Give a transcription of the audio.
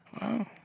Wow